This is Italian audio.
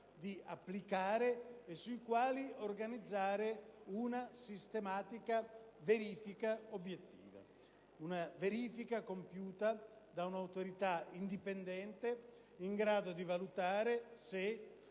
di applicare e sui quali organizzare una sistematica verifica obiettiva, compiuta da un'autorità indipendente in grado di valutare se